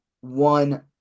one